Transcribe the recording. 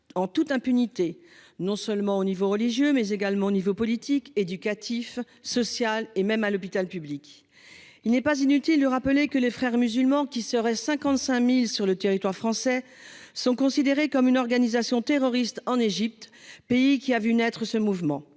en toute impunité, au niveau non seulement religieux, mais également politique, éducatif et social, ainsi qu'à l'hôpital public. Il n'est pas inutile de rappeler que les Frères musulmans, qui seraient 55 000 sur le territoire français, sont considérés comme une organisation terroriste en Égypte, pays qui a vu naître ce mouvement.